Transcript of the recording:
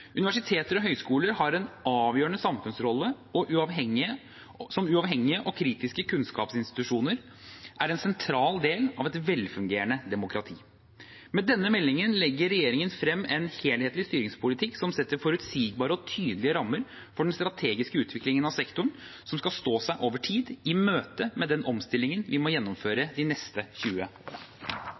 Universiteter og høyskoler har en avgjørende samfunnsrolle, og uavhengige og kritiske kunnskapsinstitusjoner er en sentral del av et velfungerende demokrati. Med denne meldingen legger regjeringen frem en helhetlig styringspolitikk som setter forutsigbare og tydelige rammer for den strategiske utviklingen av sektoren som skal stå seg over tid – i møte med den omstillingen vi må gjennomføre de neste